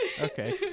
okay